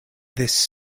this